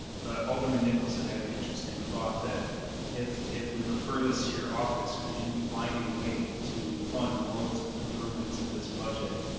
but alderman nicholson had an interesting thought that if if we refer this to your office, could you find a way to fund road improvements in this budget